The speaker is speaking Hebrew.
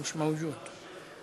מיש מאוג'וד,